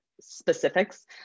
specifics